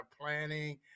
planning